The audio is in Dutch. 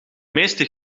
meeste